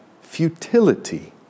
futility